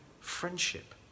friendship